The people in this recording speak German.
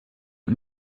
und